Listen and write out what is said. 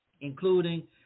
including